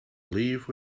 leave